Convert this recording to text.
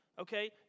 Okay